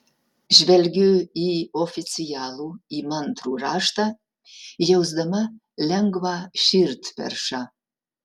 žvelgiu į oficialų įmantrų raštą jausdama lengvą širdperšą